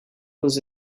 was